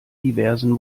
diversen